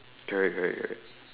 correct correct correct